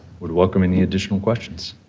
would welcome any additional questions.